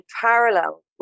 parallel